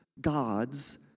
God's